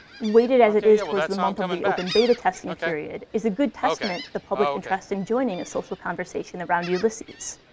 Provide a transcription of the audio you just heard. weighted as it is towards the month of the open beta-testing period, is a good testament to the public interest in joining a social conversation around ulysses.